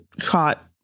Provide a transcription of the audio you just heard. caught